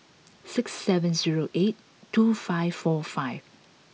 six seven zero eight two five four five